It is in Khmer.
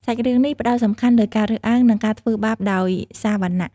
សាច់រឿងនេះផ្តោតសំខាន់លើការរើសអើង និងការធ្វើបាបដោយសារវណ្ណៈ។